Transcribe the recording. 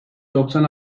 doksan